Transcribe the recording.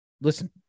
Listen –